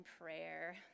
prayer